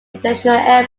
international